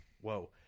Whoa